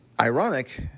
ironic